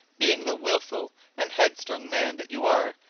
being the wilful and headstrong man that you are,